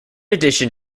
addition